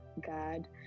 god